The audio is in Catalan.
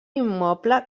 immoble